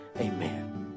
Amen